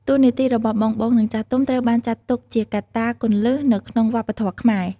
តួនាទីរបស់បងៗ និងចាស់ទុំ ត្រូវបានចាត់ទុកជាកត្តាគន្លឹះ នៅក្នុងវប្បធម៌ខ្មែរ។